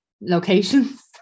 locations